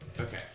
Okay